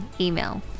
email